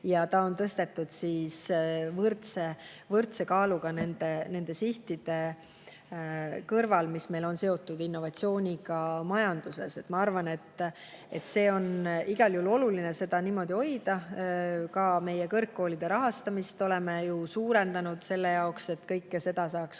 Ja see on tõstetud võrdse kaaluga nende sihtide kõrvale, mis meil on seotud innovatsiooniga majanduses. Ma arvan, et on igal juhul oluline seda niimoodi hoida. Ka meie kõrgkoolide rahastamist oleme ju suurendanud selle jaoks, et kõike seda saaks ka